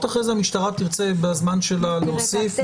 אחרי זה המשטרה תרצה בזמן שלה להוסיף,